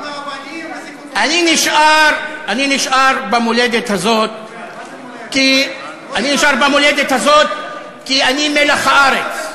עם האבנים, אני נשאר במולדת הזאת כי אני מלח הארץ.